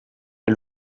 est